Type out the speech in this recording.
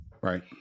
Right